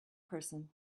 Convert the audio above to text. person